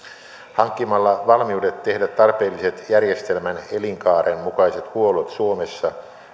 hankkimalla valmiudet tehdä tarpeelliset järjestelmän elinkaaren mukaiset huollot suomessa